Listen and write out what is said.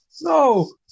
No